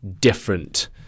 different